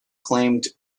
claimed